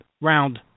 round